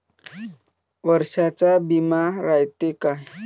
वर्षाचा बिमा रायते का?